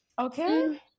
Okay